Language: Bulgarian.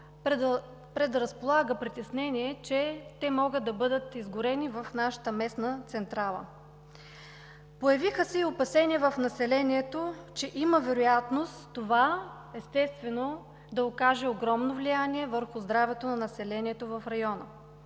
предразполага притеснение, че те могат да бъдат изгорени в нашата местна централа. Появиха се и опасения в населението, че има вероятност това да окаже огромно влияние върху здравето на населението в района.